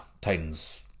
Titans